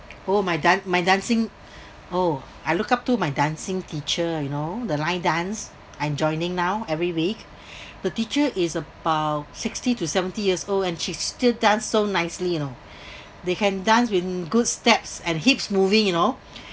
oh my dance my dancing oh I look up to my dancing teacher you know the lion dance I'm joining now every week the teacher is about sixty to seventy years old and she still dance so nicely you know they can dance with good steps and hips moving you know